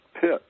pit